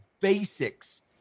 basics